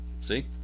see